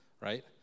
Right